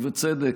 ובצדק,